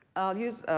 i'll use,